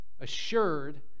Assured